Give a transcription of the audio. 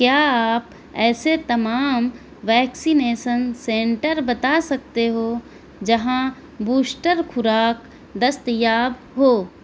کیا آپ ایسے تمام ویکسینیسن سینٹر بتا سکتے ہو جہاں بوشٹر خوراک دستیاب ہو